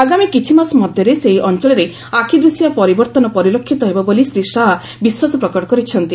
ଆଗାମୀ କିଛି ମାସ ମଧ୍ୟରେ ସେହି ଅଞ୍ଚଳରେ ଆଖିଦୃଶିଆ ପରିବର୍ଭନ ପରିଲକ୍ଷିତ ହେବ ବୋଲି ଶ୍ରୀ ଶାହା ବିଶ୍ୱାସ ପ୍ରକଟ କରିଛନ୍ତି